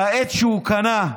את העט שהוא קנה.